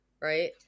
Right